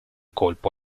colpo